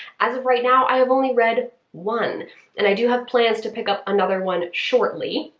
as of right now i have only read one and i do have plans to pick up another one shortly,